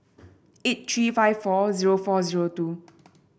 eight three five four zero four zero two